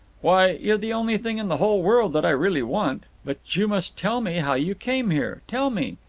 why, you're the only thing in the whole world that i really want. but you must tell me how you came here. tell me,